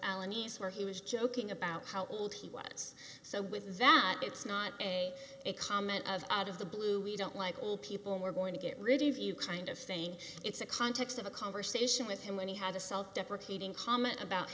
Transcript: alan east where he was joking about how old he was so with that it's not a comment of out of the blue we don't like old people we're going to get rid of you kind of thing it's a context of a conversation with him when he had a self deprecating comment about